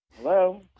Hello